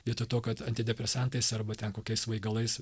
vietoj to kad antidepresantais arba ten kokias svaigalais